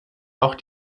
auch